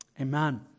Amen